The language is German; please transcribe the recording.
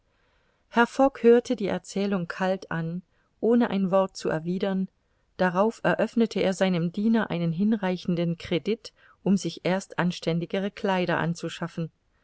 hörte die erzählung kalt an ohne ein wort zu erwidern darauf eröffnete er seinem diener einen hinreichenden credit um sich erst anständigere kleider anzuschaffen